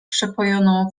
przepojoną